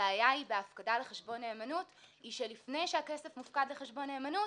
הבעיה עם הפקדה בחשבון נאמנות היא שלפני שהכסף מופקד בחשבון נאמנות